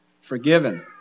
forgiven